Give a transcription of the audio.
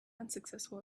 unsuccessful